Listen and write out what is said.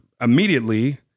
Immediately